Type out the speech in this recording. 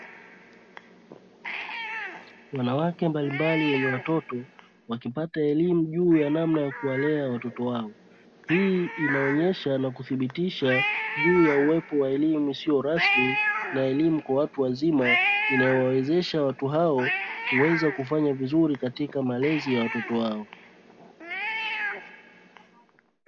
Wanawake mbalimbali wenye watoto wakipata elimu juu ya namna ya kuwalea watoto wao. Hii inaonyesha na kuthibitisha juu ya uwepo wa elimu isio rasmi na elimu ya watu wazima inayowawezesha watu hao kuweza kufanya vizuri katika malezi yao.